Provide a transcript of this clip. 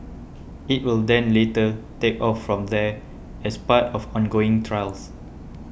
it will then later take off from there as part of ongoing trials